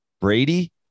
Brady